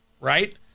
Right